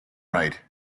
right